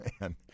man